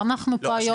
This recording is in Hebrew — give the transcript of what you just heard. אנחנו פה היום.